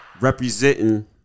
Representing